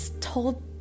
told